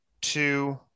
two